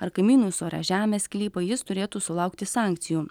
ar kaimynui suaria žemės sklypą jis turėtų sulaukti sankcijų